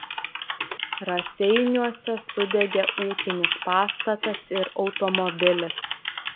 raseiniuose sudegė ūkinis pastatas ir automobilis